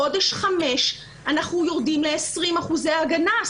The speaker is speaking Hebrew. בחודש חמישי אנחנו יורדים ל-20 אחוזי הגנה.